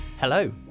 Hello